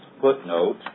footnote